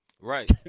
Right